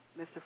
Mr